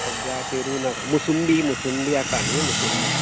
सद्या पेरू ना मोसुंबी मोसुंबी आसा न्ही मोसुंबी